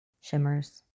shimmers